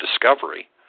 discovery